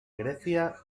grecia